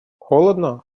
холодно